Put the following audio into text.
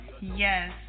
Yes